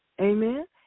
amen